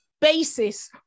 basis